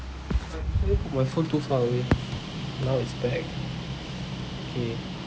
I placed my phone too far away now it's back okay